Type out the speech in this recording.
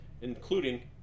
including